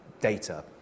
data